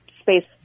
space